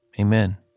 amen